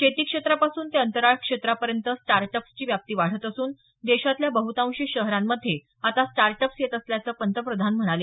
शेती क्षेत्रापासून ते अंतराळ क्षेत्रापर्यंत स्टार्ट अप्सची व्याप्ती वाढत असून देशातल्या बहुतांशी शहरामंध्ये आता स्टार्टअप्स येत असल्याचं पंतप्रधान म्हणाले